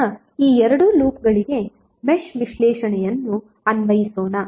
ಈಗ ಈ ಎರಡು ಲೂಪ್ಗಳಿಗೆ ಮೆಶ್ ವಿಶ್ಲೇಷಣೆಯನ್ನು ಅನ್ವಯಿಸೋಣ